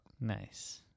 Nice